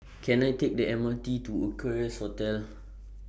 Can I Take The M R T to Equarius Hotel